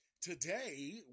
Today